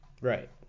right